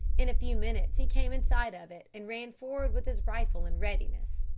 in a few minutes he came in sight of it, and ran forward with his rifle in readiness.